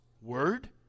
word